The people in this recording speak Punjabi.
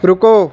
ਰੁਕੋ